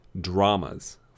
dramas